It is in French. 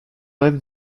rêve